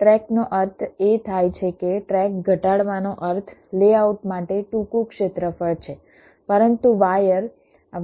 ટ્રેકનો અર્થ એ થાય છે કે ટ્રેક ઘટાડવાનો અર્થ લેઆઉટ માટે ટૂંકું ક્ષેત્રફળ છે પરંતુ વાયર